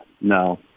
no